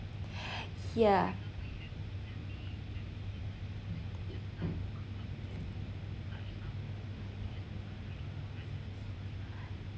yeah